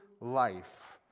life